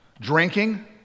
drinking